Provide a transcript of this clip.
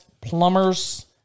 plumbers